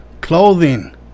clothing